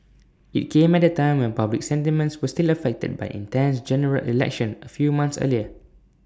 IT came at A time when public sentiments were still affected by an intense General Election A few months earlier